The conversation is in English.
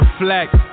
reflect